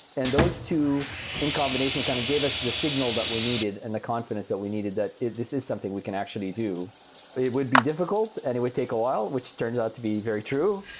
and those two in combination kind of gave us the signal that we needed and the confidence that we needed that this is something we can actually do, but it would be difficult and it would take a while, which turns out to be very true,